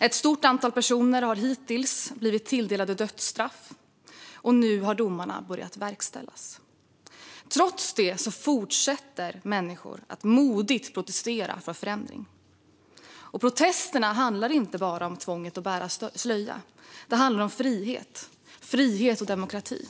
Ett stort antal personer har hittills fått dödsstraff utdömda, och nu har domarna börjat verkställas. Trots det fortsätter människor att modigt protestera för förändring. Protesterna handlar inte bara om tvånget att bära slöja, utan om frihet och demokrati.